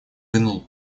вынул